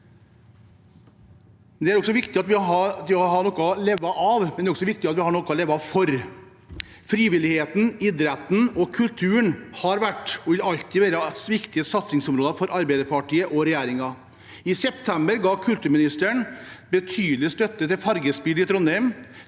Det er viktig å ha noe å leve av, men det er også viktig at vi har noe å leve for. Frivilligheten, idretten og kulturen har vært, og vil alltid være, viktige satsingsområder for Arbeiderpartiet og regjeringen. I september ga kulturministeren betydelig støtte til Fargespill i Trondheim